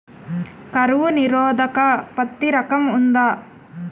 కరువు నిరోధక పత్తి రకం ఉందా?